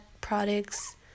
products